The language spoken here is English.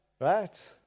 Right